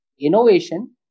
innovation